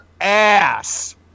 ass